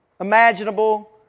imaginable